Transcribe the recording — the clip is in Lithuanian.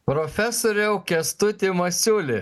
profesoriau kęstuti masiuli